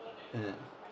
mm